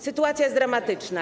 Sytuacja jest dramatyczna.